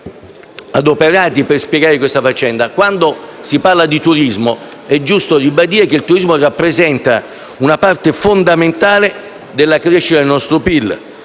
adoperati per spiegare la faccenda, che quando si parla di turismo è giusto ribadire che esso rappresenta una parte fondamentale della crescita del nostro PIL